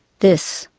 this,